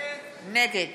נגד